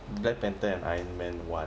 black panther and iron man one